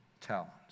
talents